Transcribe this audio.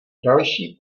další